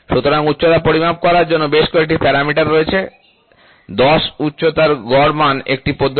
সুতরাং উচ্চতা পরিমাপ করার জন্য বেশ কয়েকটি প্যারামিটার রয়েছে 10 উচ্চতার গড় মান একটি পদ্ধতি